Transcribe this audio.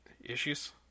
issues